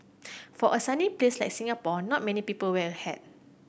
for a sunny place like Singapore not many people wear a hat